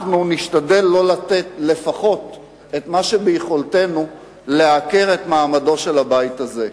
אנחנו נשתדל לא לתת לפחות את מה שביכולתו לעקר את מעמדו של הבית הזה.